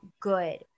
good